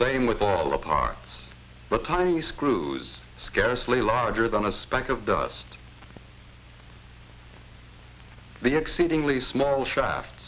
same with all the parts but tiny screws scarcely larger than a speck of dust the exceedingly small shaft